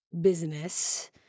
business